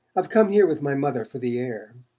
i've come here with my mother for the air.